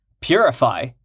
Purify